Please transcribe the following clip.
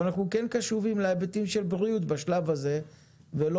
אבל אנחנו כן קשובים להיבטים של בריאות בשלב הזה ולא